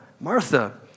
Martha